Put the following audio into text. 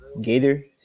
Gator